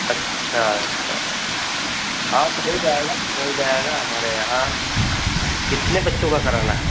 अच्छा अच्छा हाँ तो हो जायेगा हो जायेगा हमारे यहाँ कितने बच्चों का कराना है